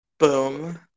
Boom